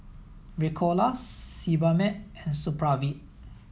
Ricola Sebamed and Supravit